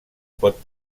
pot